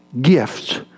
Gifts